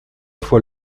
fois